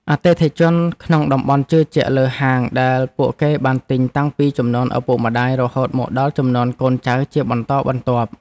អតិថិជនក្នុងតំបន់ជឿជាក់លើហាងដែលពួកគេបានទិញតាំងពីជំនាន់ឪពុកម្ដាយរហូតមកដល់ជំនាន់កូនចៅជាបន្តបន្ទាប់។